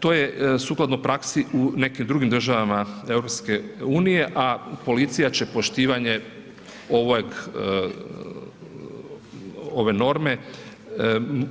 To je sukladno praksi u nekim drugim državama EU, a policija će poštivanje ovog, ove norme